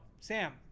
sam